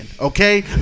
Okay